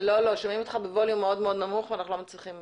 אני מכריזה על חמש דקות